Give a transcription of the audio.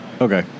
Okay